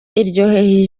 iryoheye